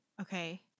Okay